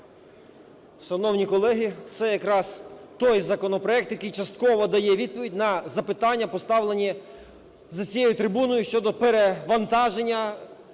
Шановні колеги! Це якраз той законопроект, який частково дає відповідь на запитання поставлені за цією трибуною щодо перевантаження